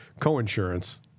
coinsurance